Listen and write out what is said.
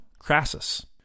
Crassus